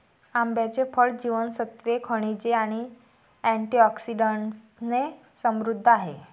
आंब्याचे फळ जीवनसत्त्वे, खनिजे आणि अँटिऑक्सिडंट्सने समृद्ध आहे